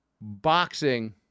boxing